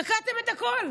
תקעתם את הכול.